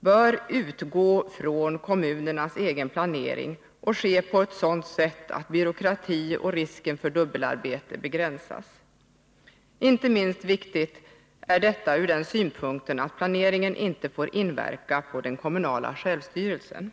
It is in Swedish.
bör utgå från kommunernas egen planering och ske på ett sådant sätt att byråkrati och risken för dubbelarbete begränsas. Inte minst viktigt är detta ur den synpunkten, att planeringen inte får inverka på den kommunala självstyrelsen.